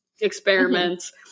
experiments